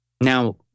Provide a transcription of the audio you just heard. Now